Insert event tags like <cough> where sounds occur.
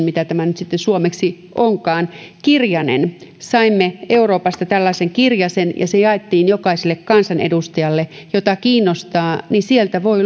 <unintelligible> mitä tämä nyt sitten suomeksi onkaan saimme euroopasta tällaisen kirjasen ja se jaettiin jokaiselle kansanedustajalle jota kiinnostaa niin sieltä voi <unintelligible>